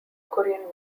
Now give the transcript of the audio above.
korean